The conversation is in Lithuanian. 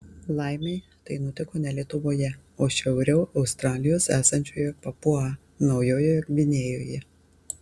laimei tai nutiko ne lietuvoje o šiauriau australijos esančioje papua naujojoje gvinėjoje